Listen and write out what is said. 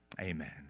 Amen